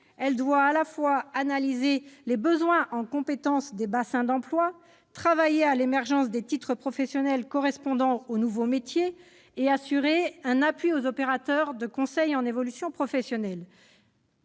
l'AFPA doit analyser les besoins en compétences des bassins d'emploi, travailler à l'émergence de titres professionnels correspondant aux nouveaux métiers et assurer un appui aux opérateurs de conseil en évolution professionnelle.